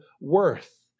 worth